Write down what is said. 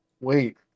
Wait